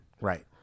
right